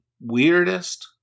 weirdest